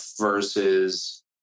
versus